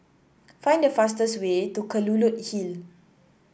find the fastest way to Kelulut Hill